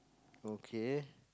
okay